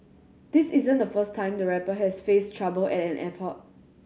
this isn't the first time the rapper has faced trouble at an airport